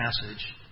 passage